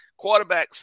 Quarterbacks